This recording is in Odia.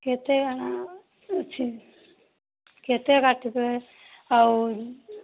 କେତେ ଅଛି କେତେ କାଟିବେ ଆଉ